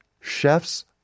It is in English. chefs